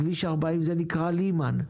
בכביש 40, זה נקרא לימן.